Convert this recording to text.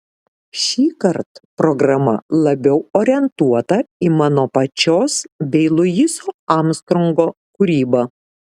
šįkart programa labiau orientuota į mano pačios bei luiso armstrongo kūrybą